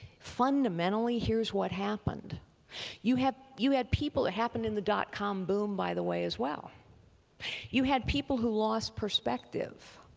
fundamentally here's what happened you had had people it happened in the dot com boom by the way as well you had people who lost perspective.